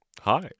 Hi